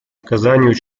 оказанию